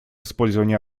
использования